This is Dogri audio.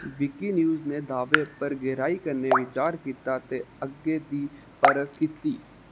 विकिन्यूज़ ने बी दाह्वे पर गैहराई कन्नै बिचार कीता ते अग्गें दी परख कीती